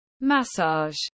massage